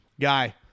Guy